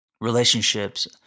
relationships